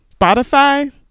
spotify